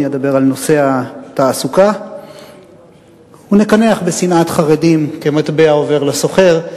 אני אדבר על נושא התעסוקה ונקנח בשנאת חרדים כמטבע עובר לסוחר.